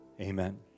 amen